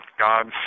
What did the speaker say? God's